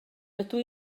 rydw